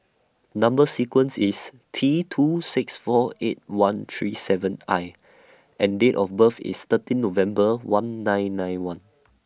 Number sequence IS T two six four eight one three seven I and Date of birth IS thirteen November one nine nine one